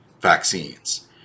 vaccines